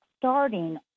starting